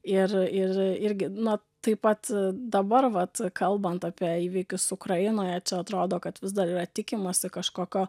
ir ir irgi na taip pat dabar vat kalbant apie įvykius ukrainoje atrodo kad vis dar yra tikimasi kažkokio